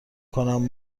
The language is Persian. کنم